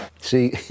see